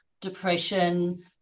depression